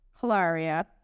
Hilaria